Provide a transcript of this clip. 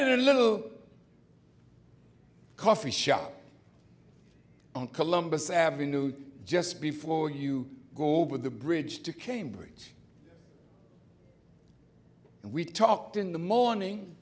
at a little coffee shop on columbus avenue just before you go over the bridge to cambridge and we talked in the morning